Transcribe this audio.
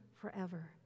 forever